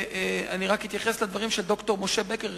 אני רק אתייחס לדברים של ד"ר משה בקר,